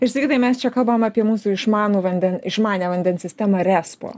ir sigitai mes čia kalbam apie mūsų išmanų vanden išmanią vandens sistemą respo